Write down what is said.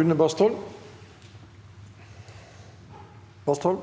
Une Bastholm (MDG)